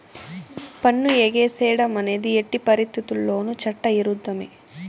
పన్ను ఎగేసేడం అనేది ఎట్టి పరిత్తితుల్లోనూ చట్ట ఇరుద్ధమే